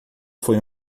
foi